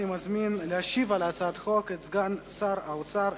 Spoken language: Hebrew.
ואני מזמין את סגן שר האוצר,